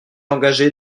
engagé